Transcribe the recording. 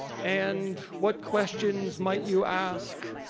and what questions might you ask,